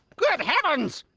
good heavens!